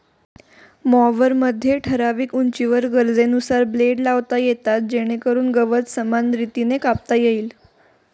मॉवरमध्ये ठराविक उंचीवर गरजेनुसार ब्लेड लावता येतात जेणेकरून गवत समान रीतीने कापता येईल